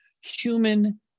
human